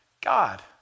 God